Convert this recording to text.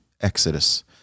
Exodus